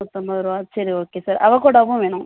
நூற்றைம்பதுரூவா சரி okay sir அவகோடாவும் வேணும்